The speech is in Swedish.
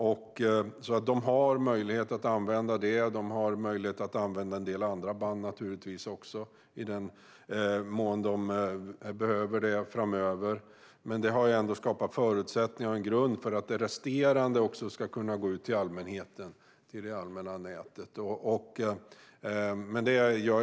De har alltså möjlighet att använda det, och de har naturligtvis möjlighet att använda en del andra band i den mån de behöver framöver. Det har ändå skapat förutsättningar och en grund för att det resterande också ska kunna gå ut till allmänheten och till det allmänna nätet.